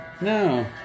No